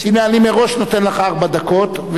אני מראש נותן לך ארבע דקות.